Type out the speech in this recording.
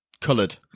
coloured